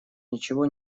ничего